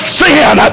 sin